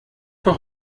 für